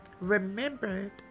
remembered